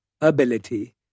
ability